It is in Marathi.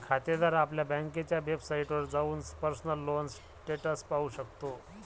खातेदार आपल्या बँकेच्या वेबसाइटवर जाऊन पर्सनल लोन स्टेटस पाहू शकतो